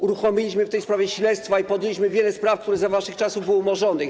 Uruchomiliśmy w tej sprawie śledztwa i podjęliśmy wiele spraw, które za waszych czasów zostały umorzone.